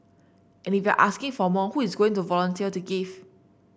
and if you are asking for more who is going to volunteer to give